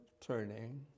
turning